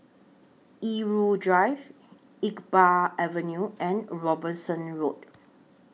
Irau Drive Iqbal Avenue and Robinson Road